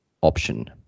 option